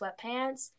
sweatpants